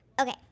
Okay